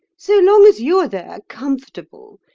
so long as you are there, comfortable,